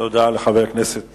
תודה לחבר הכנסת